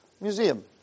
Museum